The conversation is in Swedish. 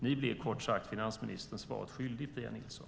Ni blir, kort sagt, finansministern svaret skyldig, Pia Nilsson.